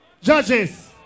Judges